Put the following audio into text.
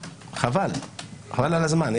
חבל על הזמן.